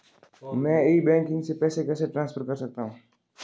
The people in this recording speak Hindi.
मैं ई बैंकिंग से पैसे कैसे ट्रांसफर कर सकता हूं?